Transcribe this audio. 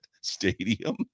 stadium